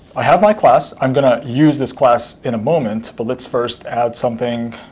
i have my class. i'm going to use this class in a moment. but let's first add something.